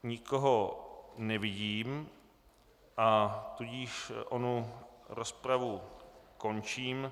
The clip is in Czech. Nikoho nevidím, a tudíž onu rozpravu končím.